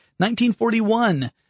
1941